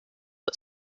but